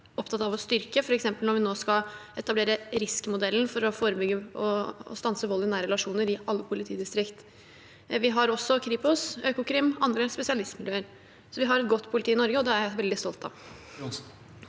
opptatt av å styrke, f.eks. når vi nå skal etablere RISK-modellen for å forebygge og stanse vold i nære relasjoner i alle politidistrikter. Vi har også Kripos, Økokrim og andre spesialister, så vi har et godt politi i Norge, og det er jeg veldig stolt av.